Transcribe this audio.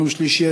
ביום שלישי,